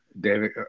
David